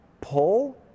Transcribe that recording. pull